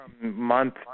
month